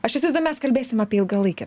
aš įsivaizduoju mes kalbėsim apie ilgalaikę